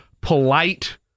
polite